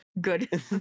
good